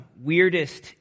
weirdest